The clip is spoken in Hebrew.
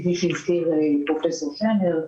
כפי שהזכיר פרופ' שמר,